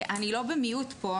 אני לא במיעוט פה,